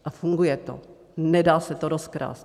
A funguje to, nedá se to rozkrást.